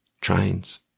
trains